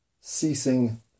ceasing